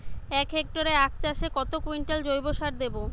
এক হেক্টরে আখ চাষে কত কুইন্টাল জৈবসার দেবো?